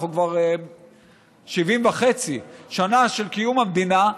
אנחנו כבר 70.5 שנה של קיום המדינה,